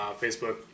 Facebook